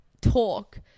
talk